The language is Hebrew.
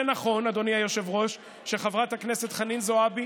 זה נכון, אדוני היושב-ראש, שחברת הכנסת חנין זועבי